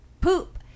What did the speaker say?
poop